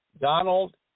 Donald